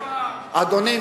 אדוני,